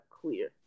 clear